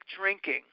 drinking